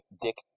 Dick